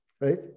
right